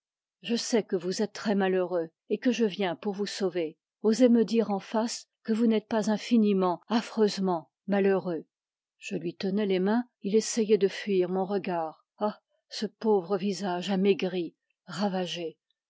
je sais que vous êtes très malheureux et que je viens pour vous sauver osez me dire en face que vous n'êtes pas infiniment affreusement malheureux je lui tenais les mains il essayait de fuir mon regard ah ce pauvre visage amaigri ravagé